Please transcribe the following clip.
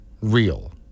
real